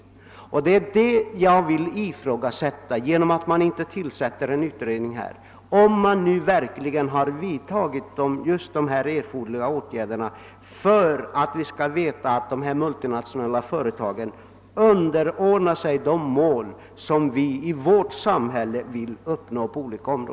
Eftersom utskottsmajoriteten inte vill tillsätta en utredning, ifrågasätter jag om man verkligen har vidtagit de erforderliga åtgärderna för att vi skall vara säkra på att de multinationella företagen underordnar sig de mål på olika områden som vi i vårt samhälle vill nå.